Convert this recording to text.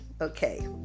Okay